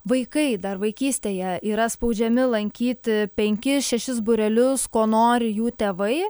vaikai dar vaikystėje yra spaudžiami lankyti penkis šešis būrelius ko nori jų tėvai